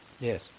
Yes